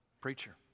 Preacher